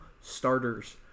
starters